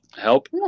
help